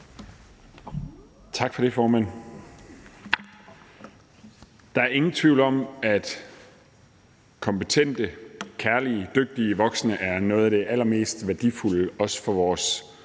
Tak for det, formand. Der er ingen tvivl om, at kompetente, kærlige og dygtige voksne er noget af det allermest værdifulde for vores